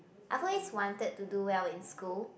I've always wanted to do well in school